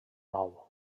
nou